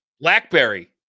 blackberry